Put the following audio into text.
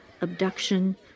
abduction